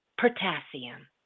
potassium